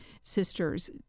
sisters